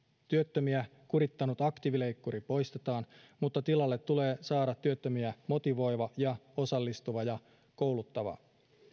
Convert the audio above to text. työttömiä kurittanut aktiivileikkuri poistetaan mutta tilalle tulee saada työttömiä motivoiva ja osallistava ja kouluttava